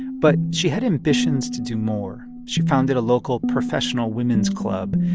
but she had ambitions to do more. she founded a local professional women's club,